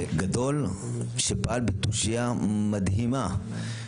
גיבור גדול שפעל בתושייה מדהימה.